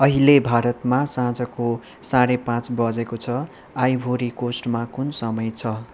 अहिले भारतमा साँझको साढे पाँच बजेको छ आइभोरी कोस्टमा कुन समय छ